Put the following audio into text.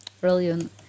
brilliant